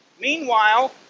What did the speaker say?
Meanwhile